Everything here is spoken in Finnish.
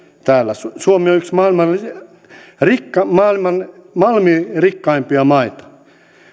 täällä suomi on yksi maailman malmirikkaimpia maita